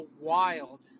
wild